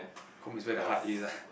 home is where the heart is lah